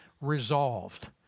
resolved